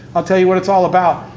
i'll tell you what it's all about.